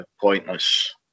pointless